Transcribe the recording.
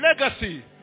legacy